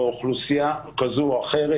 או אוכלוסייה כזאת או אחרת,